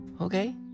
okay